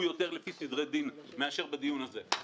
יותר לפי סדרי דין מאשר בדיון הזה.